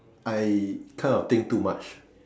I kind of think too much